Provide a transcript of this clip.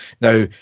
Now